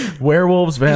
werewolves